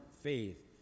faith